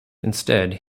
instead